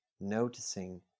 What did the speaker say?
noticing